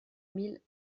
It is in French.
mille